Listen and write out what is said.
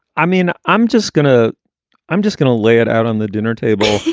i mean, i'm just gonna i'm just gonna lay it out on the dinner table.